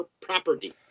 property